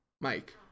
Mike